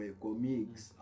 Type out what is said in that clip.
comics